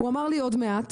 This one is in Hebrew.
הוא אמר לי עוד מעט,